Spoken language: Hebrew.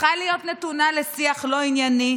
צריכה להיות נתונה לשיח לא ענייני,